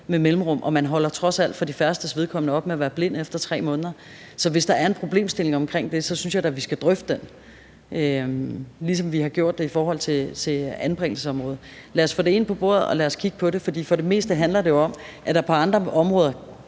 man skal hvad, og det er trods alt de færreste, der holder op med at være blinde efter 3 måneder. Hvis der er en problemstilling i forhold til det, synes jeg da, vi skal drøfte den, ligesom vi har gjort det på anbringelsesområdet. Lad os få det på bordet, og lad os kigge på det, for for det meste handler det jo om, at der på andre områder